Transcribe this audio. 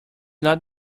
not